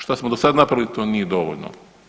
Šta smo do sad napravili to nije dovoljno.